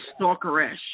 stalkerish